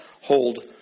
hold